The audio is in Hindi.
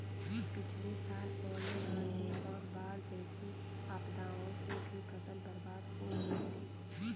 पिछली साल ओले, आंधी और बाढ़ जैसी आपदाओं से भी फसल बर्बाद हो हुई थी